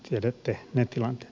tiedätte ne tilanteet